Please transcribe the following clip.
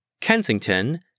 Kensington